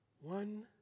one